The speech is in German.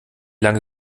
lange